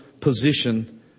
position